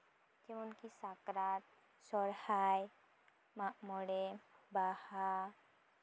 ᱡᱮᱢᱚᱱᱠᱤ ᱥᱟᱠᱨᱟᱛ ᱥᱚᱦᱨᱟᱭ ᱢᱟᱜ ᱢᱚᱲᱮ ᱵᱟᱦᱟ